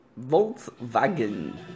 Volkswagen